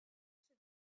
should